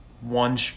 one